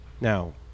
Now